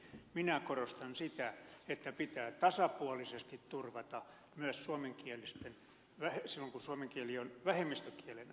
minä korostan sitä että pitää tasapuolisesti turvata myös suomenkielisten palvelujen saatavuus silloin kun suomen kieli on vähemmistökielenä